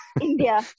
India